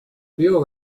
feel